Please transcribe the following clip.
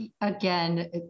again